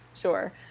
Sure